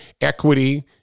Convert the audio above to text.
equity